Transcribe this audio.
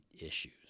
issues